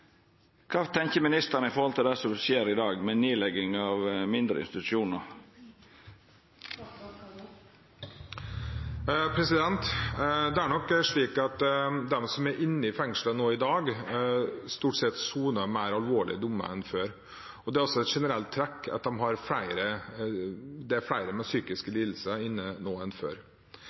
ministeren om det i forhold til det som skjer i dag med nedlegging av mindre institusjonar? Det er nok slik at de som er i fengsel nå i dag, stort sett soner mer alvorlige dommer enn før. Det er også et generelt trekk at det er flere med psykiske lidelser inne nå enn før.